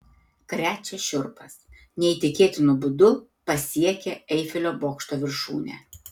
krečia šiurpas neįtikėtinu būdu pasiekė eifelio bokšto viršūnę